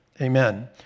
Amen